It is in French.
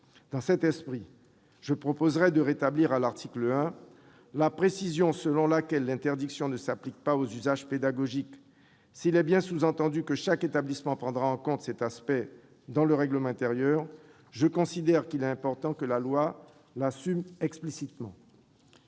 Dans cet esprit, je proposerai de rétablir, à l'article 1, la précision selon laquelle l'interdiction ne s'applique pas aux usages pédagogiques. S'il est sous-entendu que chaque établissement prendra en compte cet aspect dans son règlement intérieur, je considère qu'il est important que la loi l'assume explicitement.